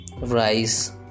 rice